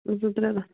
زٕ ترٛےٚ رٮ۪تھ